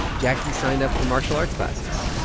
jacquie signed up for martial arts classes.